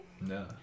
No